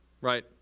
right